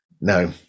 No